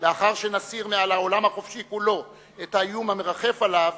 לאחר שנסיר מעל העולם החופשי כולו את האיום המרחף עליו,